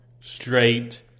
straight